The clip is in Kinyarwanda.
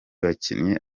bakinnyi